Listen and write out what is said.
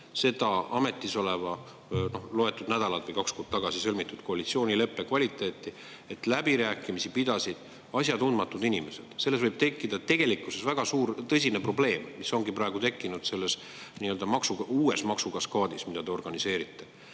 oleva valitsuse loetud nädalad või kaks kuud tagasi sõlmitud koalitsioonileppe kvaliteeti, et läbirääkimisi pidasid asjatundmatud inimesed. Sellest võib tekkida tegelikkuses väga suur ja tõsine probleem, mis ongi praegu tekkinud selles nii-öelda uues maksukaskaadis, mida te organiseerite.